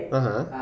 (uh huh)